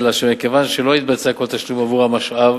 אלא שמכיוון שלא התבצע כל תשלום עבור המשאב